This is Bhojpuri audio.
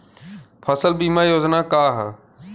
फसल बीमा योजना का ह?